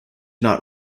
not